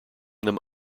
them